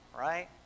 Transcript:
Right